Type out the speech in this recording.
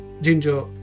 ginger